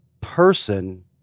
person